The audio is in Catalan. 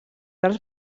dels